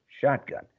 shotgun